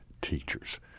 teachers